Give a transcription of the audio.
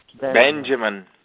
Benjamin